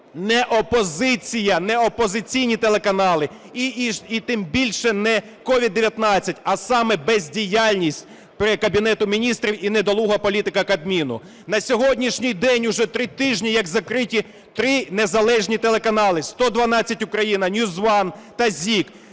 Не опозиція, не опозиційні телеканали, і тим більше не COVID-19, а саме бездіяльність Кабінету Міністрів і недолуга політика Кабміну. На сьогоднішній день уже три тижні, як закриті три незалежні телеканали: "112 Україна", NewsOne та ZIK.